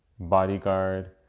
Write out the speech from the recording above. bodyguard